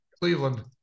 Cleveland